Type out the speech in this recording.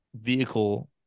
vehicle